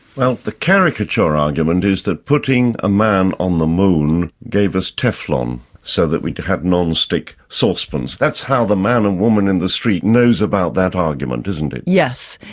well, the caricature argument is that putting a man on the moon gave us teflon um so that we had nonstick saucepans, that's how the man and woman in the street knows about that argument, isn't it. yes,